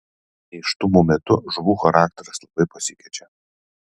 nėštumo metu žuvų charakteris labai pasikeičia